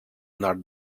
nord